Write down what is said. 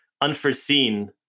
unforeseen